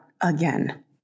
again